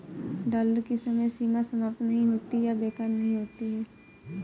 dollar की समय सीमा समाप्त नहीं होती है या बेकार नहीं होती है